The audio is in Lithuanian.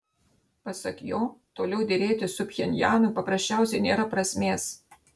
pasak jo toliau derėtis su pchenjanu paprasčiausiai nėra prasmės